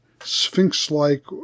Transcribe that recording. sphinx-like